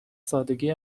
سادگی